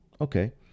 Okay